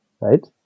right